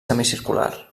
semicircular